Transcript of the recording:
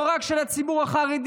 לא רק של הציבור החרדי,